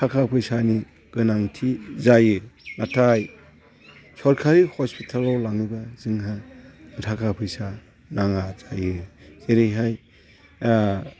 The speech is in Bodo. थाखा फैसानि गोनांथि जायो नाथाय सरखारि हस्पिटालाव लाङोब्ला जोंहा थाखा फैसा नाङा जायो जेरैहाय